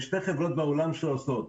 יש שתי חברות בעולם שעושות זאת,